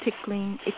tickling